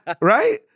Right